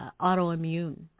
autoimmune